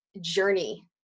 journey